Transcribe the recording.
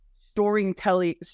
storytelling